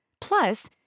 Plus